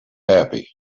happy